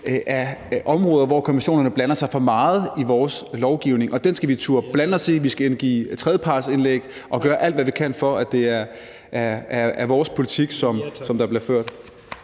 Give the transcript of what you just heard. og områder, hvor konventionerne blander sig for meget i vores lovgivning, og den skal vi turde blande os i. Vi skal indgive tredjepartsindlæg og gøre alt, hvad vi kan, for, at det er vores politik, som bliver ført.